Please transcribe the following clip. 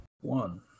One